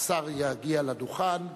השר יגיע לדוכן.